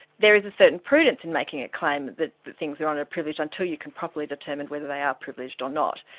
there is a certain prudence in making a claim that things are under privilege, until you can properly determine whether they are privileged or not.